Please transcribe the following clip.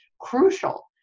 crucial